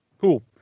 Cool